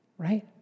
Right